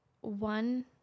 one